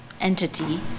entity